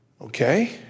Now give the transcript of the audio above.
Okay